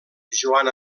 joan